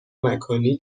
مکانی